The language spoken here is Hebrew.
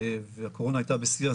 והקורונה הייתה בשיאה.